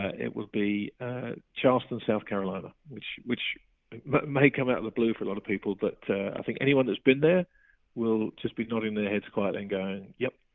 ah it would be ah charleston, south carolina, which which but may come out of the blue for a lot of people, but i think anyone that's been there will just be nodding their heads quietly and going yep.